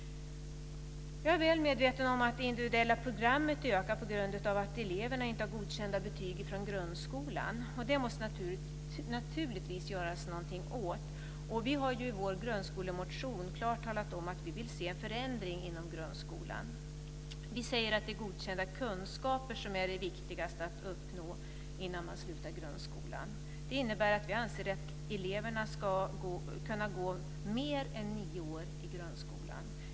Jag är väl medveten om att det individuella programmet ökar på grund av att eleverna inte har godkända betyg från grundskolan. Det måste naturligtvis göras något åt det, och vi har i vår grundskolemotion klart talat om att vi vill se en förändring inom grundskolan. Vi säger att det är godkända kunskaper som är det viktigaste att uppnå innan man slutar grundskolan. Det innebär att vi anser att eleverna ska kunna gå mer än nio år i grundskolan.